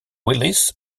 willis